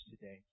today